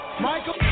Michael